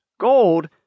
gold